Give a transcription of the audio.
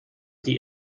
die